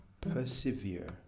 Persevere